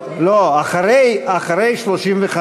לא כולל, לא כולל.